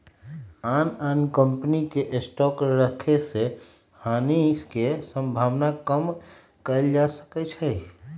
आन आन कम्पनी के स्टॉक रखे से हानि के सम्भावना कम कएल जा सकै छइ